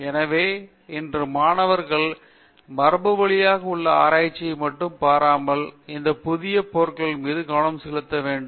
எனவே இன்று மாணவர்கள் மரபுவழியாக உள்ள ஆராய்ச்சியை மட்டும் பாராமல் இந்த புதிய பொருள்களில் கவனம் செலுத்த வேண்டும்